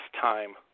time